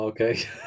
Okay